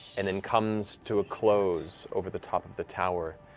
and then comes to a close over the top of the tower,